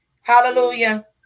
Hallelujah